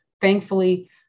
Thankfully